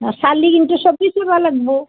চালি কিন্তু চকীত চাবা লাগবু